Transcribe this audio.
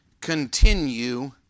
continue